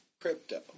crypto